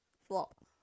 flop